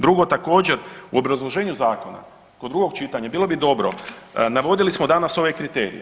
Drugo, također u obrazloženju zakona kod drugog čitanja bilo bi dobro, navodili smo danas ove kriterije.